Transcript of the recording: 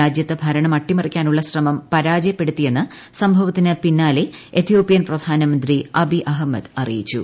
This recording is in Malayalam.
രാജ്യത്ത് ഭരണം അട്ടിമറിക്കാനുള്ള ശ്രമം പരാജയപ്പെടുത്തിയെന്ന് സംഭവത്തിനു പിന്നാലെ എത്യോപ്യൻ പ്രധാനമന്ത്രി അബി അഹമ്മദ് അറിയിച്ചു